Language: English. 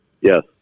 Yes